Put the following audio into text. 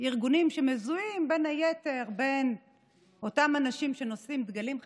ארגונים שמזוהים בין היתר עם אותם אנשים שנושאים דגלים חברתיים,